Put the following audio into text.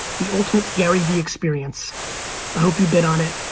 the ultimate garyvee experience. i hope you bid on it,